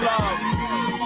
love